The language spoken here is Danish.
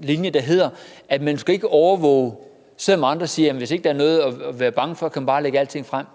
linje, der hedder, at man ikke skal overvåge, selv om andre siger: Jamen hvis ikke der er noget at være bange for, kan man bare lægge alting frem.